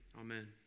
Amen